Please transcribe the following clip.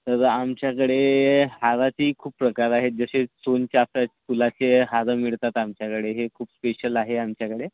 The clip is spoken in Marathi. तर आमच्याकडे हाराचेही खूप प्रकार आहेत जसे सोनचाफा फुलाचे हार मिळतात आमच्याकडे हे खूप स्पेशल आहे आमच्याकडे